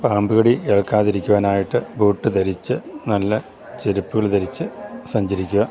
പാമ്പ് കടി ഏൽക്കാതിരിക്കുവാനായിട്ട് ബൂട്ട് ധരിച്ച് നല്ല ചെരുപ്പുകൾ ധരിച്ച് സഞ്ചരിക്കുക